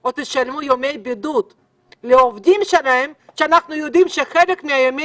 עוד ישלמו ימי בידוד לעובדים שלהם כשאנחנו יודעים שחלק מימי